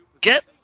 get